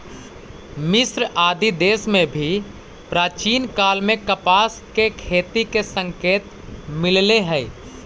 मिस्र आदि देश में भी प्राचीन काल में कपास के खेती के संकेत मिलले हई